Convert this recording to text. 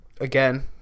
again